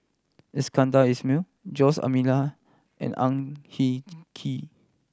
Iskandar Ismail Jose D'Almeida and Ang Hin Kee